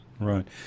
Right